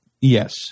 Yes